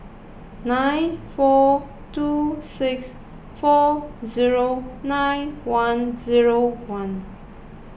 nine four two six four zero nine one zero one